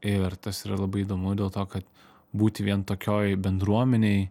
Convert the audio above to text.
ir tas yra labai įdomu dėl to kad būti vien tokioj bendruomenėj